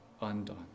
undone